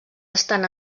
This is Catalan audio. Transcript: estan